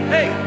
Hey